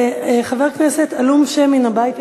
וחבר כנסת עלום-שם מן הבית היהודי.